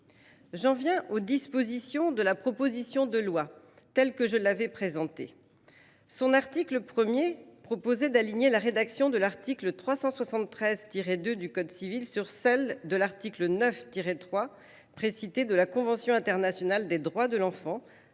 J’en viens aux dispositions de la proposition de loi telle que je l’avais présentée. L’article 1 prévoyait d’aligner la rédaction de l’article 373 2 du code civil sur celle de l’article 9, alinéa 3, de la Convention internationale des droits de l’enfant.